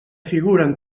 figuren